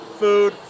food